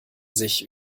sich